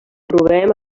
trobem